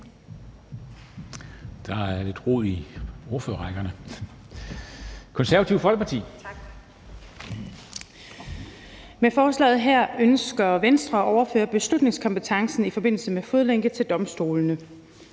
Kl. 15:47 (Ordfører) Britt Bager (KF): Tak. Med forslaget her ønsker Venstre at overføre beslutningskompetencen i forbindelse med fodlænke til domstolene.